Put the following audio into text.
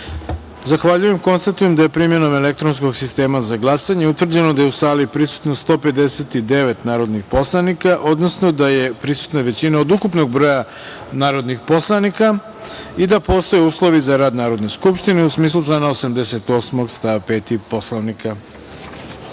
jedinice. Zahvaljujem. Konstatujem da je, primenom elektronskog sistema za glasanje, utvrđeno da je u sali prisutno 159 narodnih poslanika, odnosno da je prisutna većina od ukupnog broja narodnih poslanika i da postoje uslovi za rad Narodne skupštine, u smislu člana 88. stav 5. Poslovnika. Da